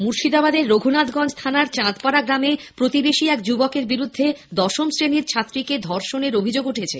মুর্শিদাবাদের রঘুনাথগঞ্জ থানার চাঁদপাড়া গ্রামে এক প্রতিবেশী যুবকের বিরুদ্ধে দশম শ্রেণীর ছাত্রীকে ধর্ষণের অভিযোগ উঠেছে